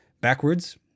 backwards